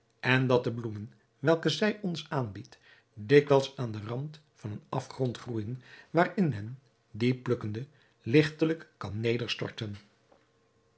en dat de bloemen welke zij ons aanbiedt dikwijls aan den rand van een afgrond groeijen waarin men die plukkende ligtelijk kan